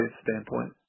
standpoint